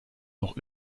noch